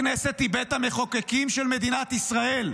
הכנסת היא בית המחוקקים של מדינת ישראל,